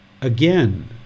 Again